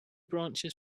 branches